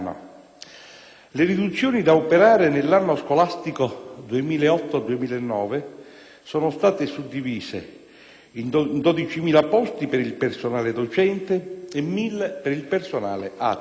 Le riduzioni da operare nell'anno scolastico 2008-2009 sono state suddivise in 12.000 posti per il personale docente e 1.000 per il personale ATA.